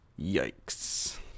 Yikes